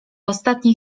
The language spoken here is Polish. ostatniej